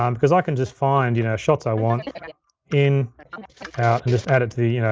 um because i can just find you know shots i want in, out, and just add it to the,